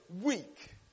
weak